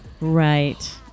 Right